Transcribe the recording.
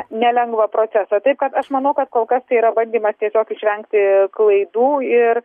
nelengvą procesą taip kad aš manau kad kol kas tai yra bandymas tiesiog išvengti klaidų ir